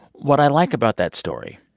what i like about that story,